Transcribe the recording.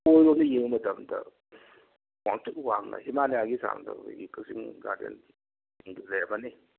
ꯑꯣꯏꯔꯣꯝꯗ ꯌꯦꯡꯕ ꯃꯇꯝꯗ ꯋꯥꯡꯊ꯭ꯔꯤꯛ ꯋꯥꯡꯅ ꯍꯤꯃꯥꯂꯌꯥꯒꯤ ꯆꯥꯡꯗ ꯑꯩꯈꯣꯏꯒꯤ ꯀꯥꯛꯆꯤꯡ ꯒꯥꯔꯗꯦꯟꯁꯤꯡꯗꯨ ꯂꯩꯔꯝꯃꯅꯤ